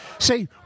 See